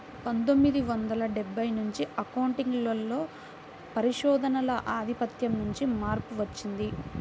పందొమ్మిది వందల డెబ్బై నుంచి అకౌంటింగ్ లో పరిశోధనల ఆధిపత్యం నుండి మార్పు వచ్చింది